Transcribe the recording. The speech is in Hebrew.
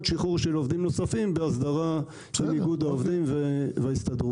שחרור של עובדים נוספים בהסדרה של איגוד העובדים וההסתדרות.